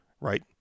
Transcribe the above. right